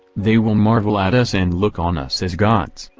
they will marvel at us and look on us as gods,